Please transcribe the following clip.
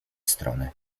strony